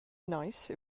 nice